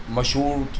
مشہور